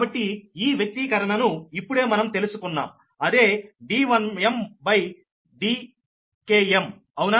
కాబట్టి ఈ వ్యక్తీకరణను ఇప్పుడే మనం తెలుసుకున్నాం అదే D1mDkmఅవునా